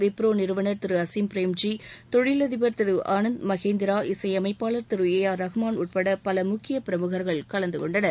விப்ரோ நிறுவனர் திரு அஸிம் பிரேம்ஜி தொழிலதிபர் ஆனந்த் மகேந்திரா இசையமைப்பாளர் திரு ஏ ஆர் ரஹ்மான் உட்பட பல முக்கிய பிரமுகர்கள் கலந்து கொண்டனர்